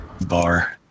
bar